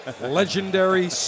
legendary